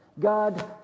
God